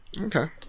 Okay